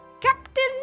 Captain